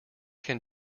can